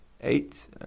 eight